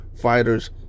fighters